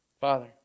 Father